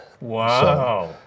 Wow